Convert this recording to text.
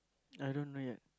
I don't read